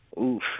Oof